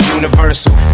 universal